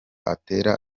atera